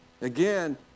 Again